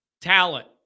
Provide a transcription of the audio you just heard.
talent